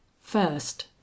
First